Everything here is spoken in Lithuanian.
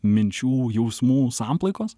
minčių jausmų samplaikos